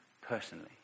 personally